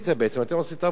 אתם עושים את העובדה די טוב,